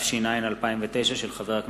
הנני מתכבד להודיעכם,